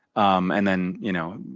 um and then, you know,